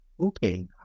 Okay